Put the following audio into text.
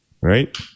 Right